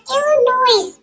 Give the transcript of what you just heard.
Illinois